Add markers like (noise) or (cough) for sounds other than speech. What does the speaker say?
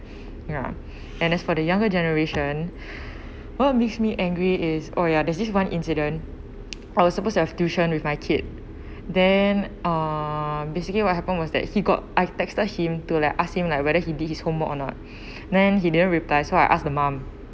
ya and as for the younger generation (breath) what makes me angry is oh ya there's this one incident I supposed to have tuition with my kid then uh basically what happened was that he got I've texted him to like ask him like whether he did his homework or not (breath) then he didn't reply so I ask the mum